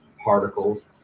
particles